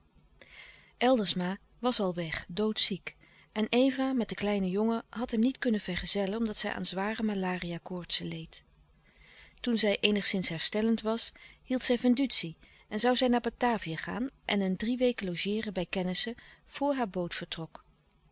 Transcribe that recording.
eldersma was al weg doodziek en eva met den kleinen jongen had hem niet kunnen vergezellen omdat zij aan zware malaria koortsen leed toen zij eenigszins herstellend was hield zij vendutie en zoû zij naar batavia gaan er een drie weken logeeren bij kennissen vor haar boot vertrok